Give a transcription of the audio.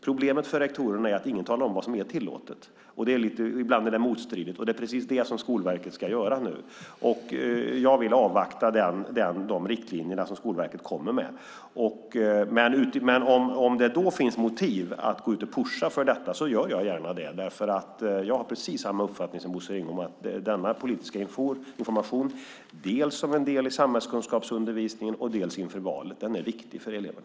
Problemet för rektorerna är att ingen talar om vad som är tillåtet och att det ibland är motstridigt. Det är precis det som Skolverket nu ska tala om. Jag vill avvakta de riktlinjer som Skolverket kommer med. Om det då finns motiv att gå ut och pusha för detta så gör jag gärna det, därför att jag har precis samma uppfattning som Bosse Ringholm, att denna politiska information, dels som en del i samhällskunskapsundervisningen, dels inför valet, är viktig för eleverna.